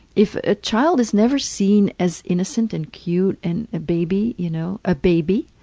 if a child is never seen as innocent and cute and a baby, you know, a baby,